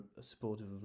supportive